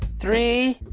three,